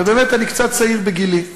ובאמת, אני קצת צעיר בגילי.